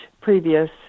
previous